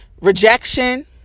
rejection